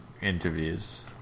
interviews